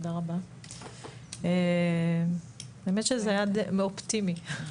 האמת שזה היה אופטימי.